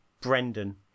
brendan